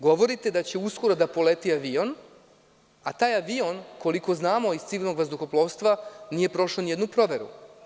Govorite da će uskoro da poleti avion, a taj avion, koliko znamo iz civilnog vazduhoplovstva, nije prošao nijednu proveru.